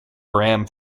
bram